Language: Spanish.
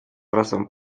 razón